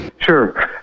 sure